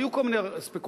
היו כל מיני ספקולציות,